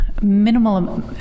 minimal